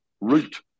Root